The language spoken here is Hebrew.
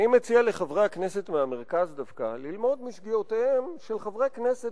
אני מציע לחברי הכנסת מהמרכז דווקא ללמוד משגיאותיהם של חברי כנסת